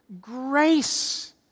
grace